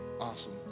awesome